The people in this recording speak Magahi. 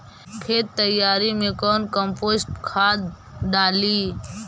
खेत तैयारी मे कौन कम्पोस्ट खाद डाली?